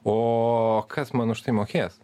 ooo kas man už tai mokės